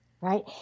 Right